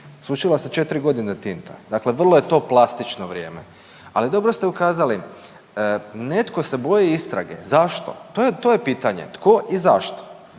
Sušila se 4 godine tinta. Dakle, vrlo je to plastično vrijeme. Ali dobro ste ukazali netko se boji istrage. Zašto? To je pitanje. Tko i zašto?